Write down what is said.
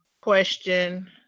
question